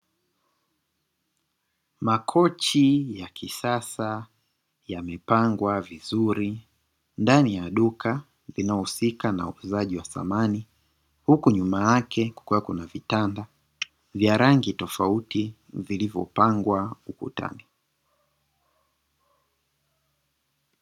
Makochi ya kisasa yamepangwa vizuri ndani ya duka linalihusika na uuzaji wa samani huku nyuma yake kukiwa na vitanda vya rangi tofauti vilivyopangwa ukutani.